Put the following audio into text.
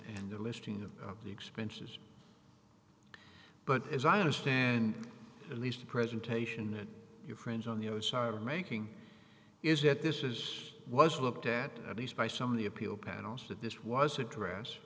the listing of the expenses but as i understand at least the presentation that your friends on the other side are making is that this is was looked at at least by some of the appeal panels that this was a dress